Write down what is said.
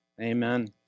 Amen